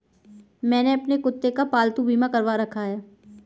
मैंने अपने कुत्ते का पालतू बीमा करवा रखा है